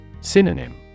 Synonym